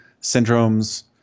Syndrome's